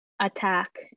attack